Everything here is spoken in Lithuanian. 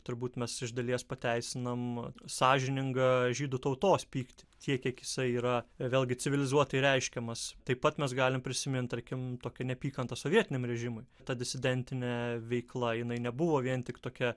turbūt mes iš dalies pateisinam sąžiningą žydų tautos pyktį tiek kiek jisai yra vėlgi civilizuotai reiškiamas taip pat mes galime prisiminti tarkim tokią neapykantą sovietiniam režimui ta disidentinė veikla jinai nebuvo vien tik tokia